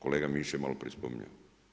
Kolega Mišić je malo prije spominjao.